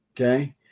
okay